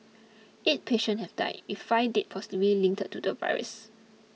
eight patients have died with five deaths possibly linked to the virus